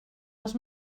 als